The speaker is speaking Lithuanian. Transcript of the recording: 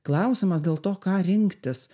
klausimas dėl to ką rinktis